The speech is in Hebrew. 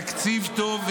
תקציב טוב,